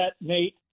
Nate